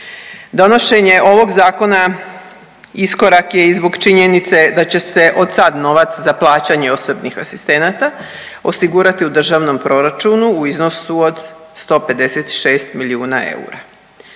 Donošenje ovog zakona iskorak je i zbog činjenice da će se od sad novac za plaćanje osobnih asistenata osigurati u državnom proračunu u iznosu od 156 milijuna eura